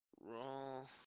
Roll